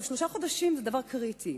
שלושה חודשים זה דבר קריטי.